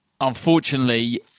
Unfortunately